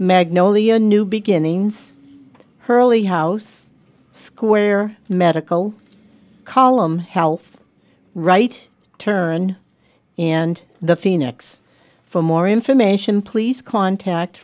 magnolia new beginnings early house square medical column health right turn and the phoenix for more information please contact